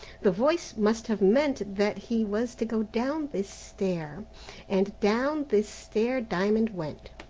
the voice must have meant that he was to go down this stair and down this stair diamond went,